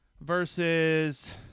versus